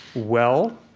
well,